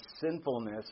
sinfulness